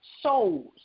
souls